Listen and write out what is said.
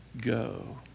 go